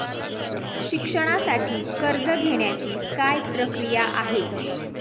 शिक्षणासाठी कर्ज घेण्याची काय प्रक्रिया आहे?